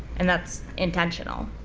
and that's intentional.